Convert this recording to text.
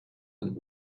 and